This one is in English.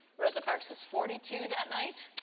rosa parks is forty two that night,